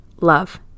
love